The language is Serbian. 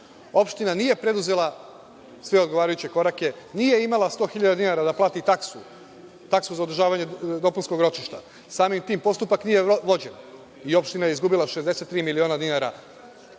opština nije preduzela sve odgovarajuće korake, nije imala 100.000 dinara da plati taksu za održavanje dopunskog ročišta. Samim tim postupak nije vođen i opština je izgubila 63 miliona dinara,